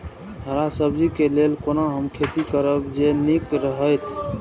हरा सब्जी के लेल कोना हम खेती करब जे नीक रहैत?